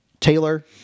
Taylor